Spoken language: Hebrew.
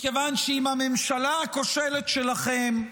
מכיוון שעם הממשלה הכושלת שלכם,